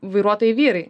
vairuotojai vyrai